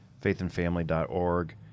faithandfamily.org